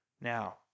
Now